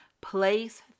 place